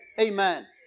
Amen